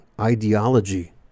ideology